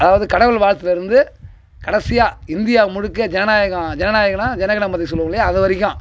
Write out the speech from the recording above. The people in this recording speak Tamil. அதாவது கடவுள் வாழ்த்துலேருந்து கடைசியாக இந்தியா முழுக்க ஜனநாயகம் ஜனநாயகன்னா ஜனகன மனகதி சொல்லுவோம் இல்லையா அது வரைக்கும்